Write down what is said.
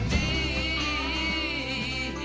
a